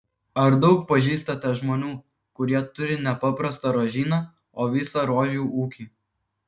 ar daug pažįstate žmonių kurie turi ne paprastą rožyną o visą rožių ūkį